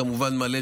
כמובן מלא,